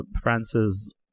France's